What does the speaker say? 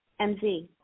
MZ